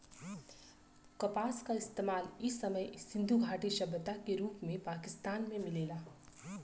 कपास क इतिहास इ समय सिंधु घाटी सभ्यता के रूप में पाकिस्तान में मिलेला